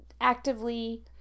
actively